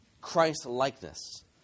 Christ-likeness